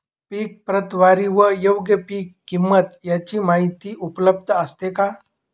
पीक प्रतवारी व योग्य पीक किंमत यांची माहिती उपलब्ध असते का?